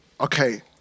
okay